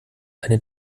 eine